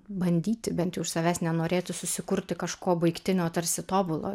bandyti bent jau iš savęs nenorėti susikurti kažko baigtinio tarsi tobulo